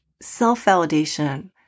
self-validation